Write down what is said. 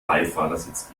beifahrersitz